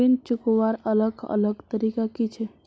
ऋण चुकवार अलग अलग तरीका कि छे?